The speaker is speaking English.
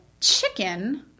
chicken